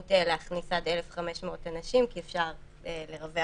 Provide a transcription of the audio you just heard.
אפשרות להכניס עד 1,500 אנשים כי אפשר לרווח